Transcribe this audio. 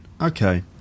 Okay